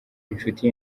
inshuti